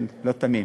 אני לא תמים,